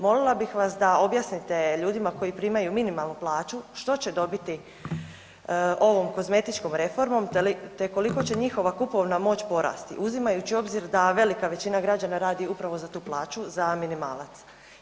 Molila bih vas da objasnite ljudima koji primaju minimalnu plaću što će dobiti ovom kozmetičkom reformom, te koliko će njihova kupovna moć porasti uzimajući u obzir da velika većina građana radi upravo za tu plaću, za minimalac?